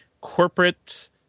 corporate